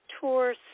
Tour